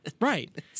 Right